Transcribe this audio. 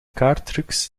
kaarttrucs